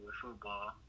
football